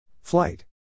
Flight